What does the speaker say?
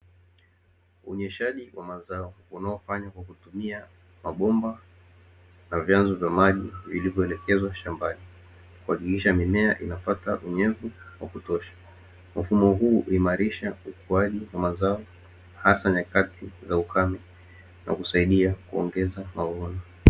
Uoteshaji wa mazao, unaofanya kwa kutumia mabomba na vyanzo vya maji vilivyoelekezwa shambani, kujulisha mimea inapata unyevu wa kutosha. Mfumo huu huimarisha ukuaji wa mazao hasa nyakati za ukame katika kusaidia kuongeza maua.